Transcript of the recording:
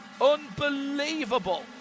Unbelievable